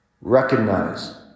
Recognize